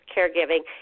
Caregiving